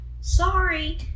sorry